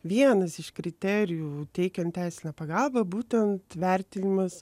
vienas iš kriterijų teikiant teisinę pagalbą būtent vertinimas